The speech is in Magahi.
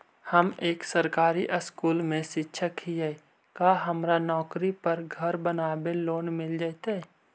हम एक सरकारी स्कूल में शिक्षक हियै का हमरा नौकरी पर घर बनाबे लोन मिल जितै?